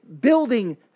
building